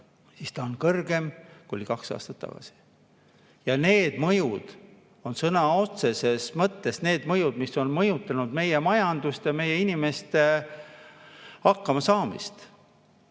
See on kõrgem, kui oli kaks aastat tagasi. Need on sõna otseses mõttes need [asjad], mis on mõjutanud meie majandust ja meie inimeste hakkamasaamist.